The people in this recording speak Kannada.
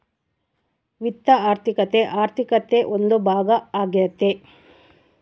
ವಿತ್ತ ಆರ್ಥಿಕತೆ ಆರ್ಥಿಕತೆ ಒಂದು ಭಾಗ ಆಗ್ಯತೆ